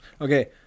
Okay